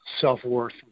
self-worth